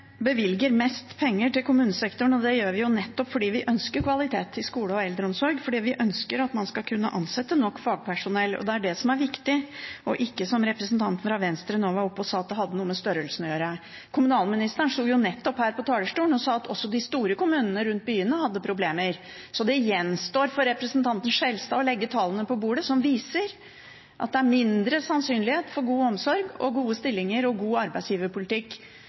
bevilger mest penger til kommunesektoren, og det gjør vi nettopp fordi vi ønsker kvalitet i skole og eldreomsorg, fordi vi ønsker at man skal kunne ansette nok fagpersonell. Det er det som er viktig, og det har ikke, som representanten fra Venstre nå var oppe og sa, noe med størrelsen å gjøre. Kommunalministeren sto nettopp på talerstolen og sa at også de store kommunene rundt byene hadde problemer. Så det gjenstår for representanten Skjelstad å legge tall på bordet som viser at det er mindre sannsynlighet for god omsorg, gode stillinger og god arbeidsgiverpolitikk